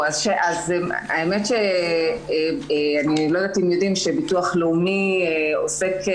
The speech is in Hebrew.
האמת שאני לא יודעת אם יודעים שביטוח לאומי עוסק,